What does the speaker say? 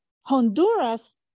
Honduras